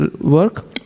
work